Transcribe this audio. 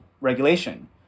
regulation